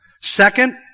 Second